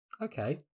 Okay